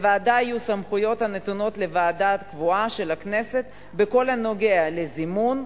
לוועדה יהיו סמכויות הנתונות לוועדה קבועה של הכנסת בכל הנוגע לזימון,